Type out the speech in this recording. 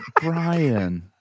Brian